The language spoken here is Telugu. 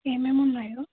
ఏమేమీ ఉన్నాయో